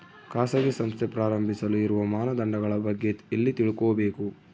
ಖಾಸಗಿ ಸಂಸ್ಥೆ ಪ್ರಾರಂಭಿಸಲು ಇರುವ ಮಾನದಂಡಗಳ ಬಗ್ಗೆ ಎಲ್ಲಿ ತಿಳ್ಕೊಬೇಕು?